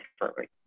differently